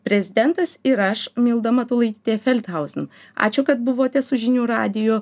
prezidentas ir aš milda matulaitytė felthauzin ačiū kad buvote su žinių radiju